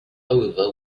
over